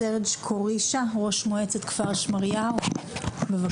סרג' קורשיא, ראש מועצת כפר שמריהו, בבקשה.